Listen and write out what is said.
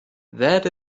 that